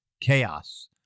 chaos